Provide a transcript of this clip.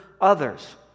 others